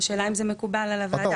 השאלה אם זה מקובל על הוועדה?